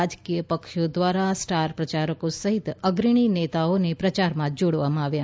રાજકીય પક્ષો દ્વારા સ્ટાર પ્રચારકો સહીત અગ્રણી નેતાઓને પ્રચારમાં જોડવામાં આવ્યા